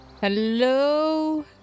Hello